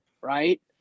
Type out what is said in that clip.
Right